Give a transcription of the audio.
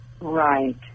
Right